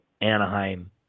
Anaheim